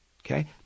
okay